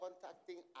contacting